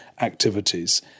activities